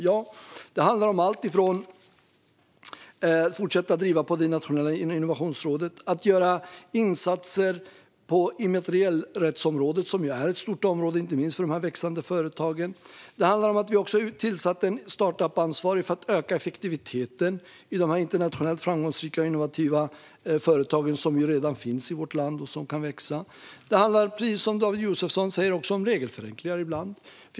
Ja, det handlar om alltifrån att fortsätta driva på Nationella innovationsrådet till att göra insatser på immaterialrättsområdet, som är ett stort område inte minst för de här växande företagen. Det handlar också om att vi har tillsatt en startup-ansvarig för att öka effektiviteten i de internationellt framgångsrika och innovativa företag som redan finns i vårt land och som kan växa. Precis som David Josefsson säger handlar det ibland även om regelförenklingar.